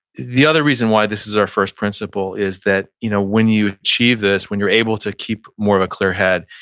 the other reason why this is our first principle is that you know when you achieve this, when you're able to keep more of a clear head,